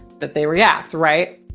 that they react. right.